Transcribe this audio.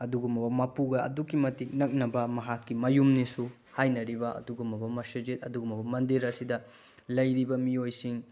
ꯑꯗꯨꯒꯨꯝꯂꯕ ꯃꯄꯨꯒ ꯑꯗꯨꯛꯀꯤ ꯃꯇꯤꯛ ꯅꯛꯅꯕ ꯃꯍꯥꯛꯀꯤ ꯃꯌꯨꯝꯅꯦꯁꯨ ꯍꯥꯏꯅꯔꯤꯕ ꯑꯗꯨꯒꯨꯝꯂꯕ ꯃꯁꯖꯤꯠ ꯑꯗꯨꯒꯨꯝꯂꯕ ꯃꯟꯗꯤꯔ ꯑꯁꯤꯗ ꯂꯩꯔꯤꯕ ꯃꯤꯑꯣꯏꯁꯤꯡ